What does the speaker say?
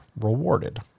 rewarded